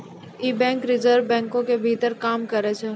इ bank reserve बैंको के भीतर काम करै छै